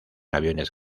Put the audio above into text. aviones